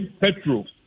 petrol